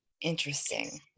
interesting